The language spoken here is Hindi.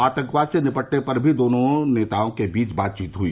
आतंकवाद से निपटने पर भी दोनों नेताओं के बीच बातचीत हुई